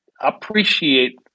appreciate